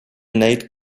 nate